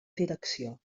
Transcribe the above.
direcció